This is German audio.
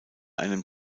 einem